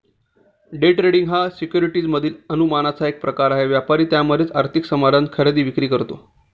day trading हा securities मधील अनुमानाचा एक प्रकार आहे, व्यापारी त्यामध्येच आर्थिक साधन खरेदी विक्री करतो